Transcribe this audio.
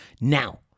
Now